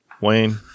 Wayne